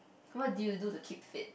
what do you do to keep fit